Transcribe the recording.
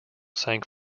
sank